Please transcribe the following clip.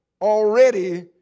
already